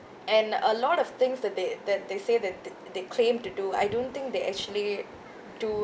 and a lot of things that they that they say that the~ they claim to do I don't think they actually do